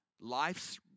Life's